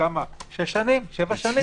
שבע שנים?